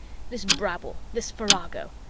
this brabble, this farrago,